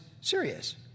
serious